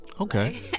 Okay